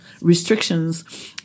restrictions